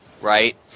right